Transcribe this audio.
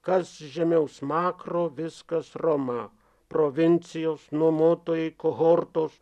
kas žemiau smakro viskas roma provincijos nuomotojui kohortos